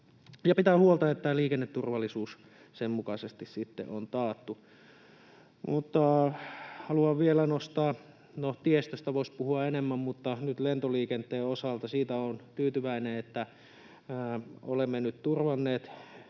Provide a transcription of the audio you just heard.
pitää huolta siitä, että liikenneturvallisuus sen mukaisesti sitten on taattu. Mutta haluan vielä nostaa — no, tiestöstä voisi puhua enemmän, mutta nyt lentoliikenteen osalta: Siitä olen tyytyväinen, että olemme nyt turvanneet